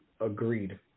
Agreed